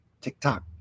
TikTok